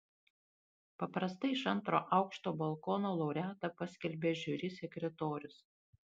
paprastai iš antro aukšto balkono laureatą paskelbia žiuri sekretorius